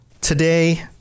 today